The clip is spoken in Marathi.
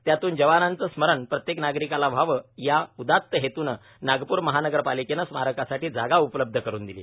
त्यातून जवानांचं स्मरण प्रत्येक नागरिकाला व्हावं हया उदात हेतूनं नागपूर महानगरपालिकेनं स्मारकासाठी जागा उपलब्ध करून दिली